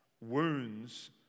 wounds